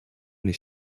les